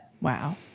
Wow